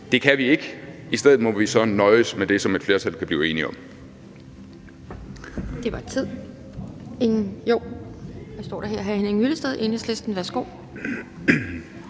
Det kan vi ikke; i stedet må vi så nøjes med det, som et flertal kan blive enige om.